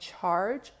charge